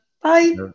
Bye